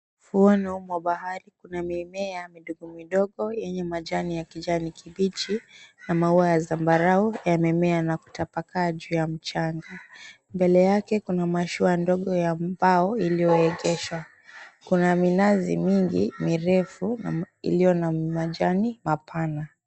Ufuoni mwa bahari, kuna mimea midogo midogo yenye majani ya kijani kibichi na maua ya zambarau, yamemea na kutapakaa juu ya mchanga. Mbele yake kuna mashua ndogo ya mbao iliyoegeshwa. Kuna minazi mingi mirefu iliyo na majani mapana.